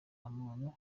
hantu